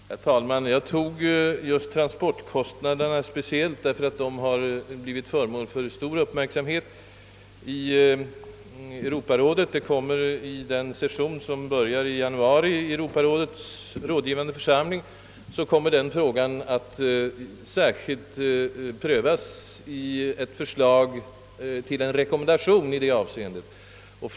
Herr talman! Jag tog upp just transportkostnaderna därför att de blivit föremål för uppmärksamhet i Europarådet. Vid den session som börjar i januari i Europarådets rådgivande församling kommer denna fråga att särskilt prövas genom ett förslag till en rekommendation om bl.a. dessa kostnaders täckande med statsbidrag.